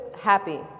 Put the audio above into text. happy